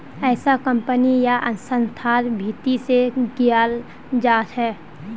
ऐसा कम्पनी या संस्थार भीती से कियाल जा छे